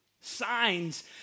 Signs